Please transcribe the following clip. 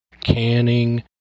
canning